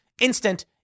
Instant